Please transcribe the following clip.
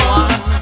one